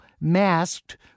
masked